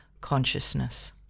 consciousness